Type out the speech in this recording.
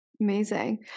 Amazing